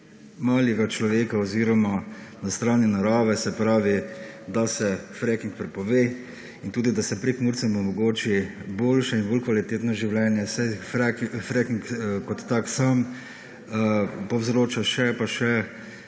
malega človeka oziroma na strani narave se pravi, da se fracking prepove in tudi, da se Prekmurcem omogoči boljše in bolj kvalitetno življenje, saj fracking kot tak sam 94. TRAK: